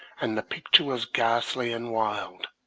and the picture was ghastly and wild,